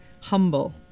humble